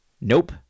Nope